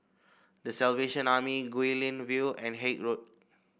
The Salvation Army Guilin View and Haig Road